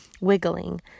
wiggling